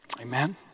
Amen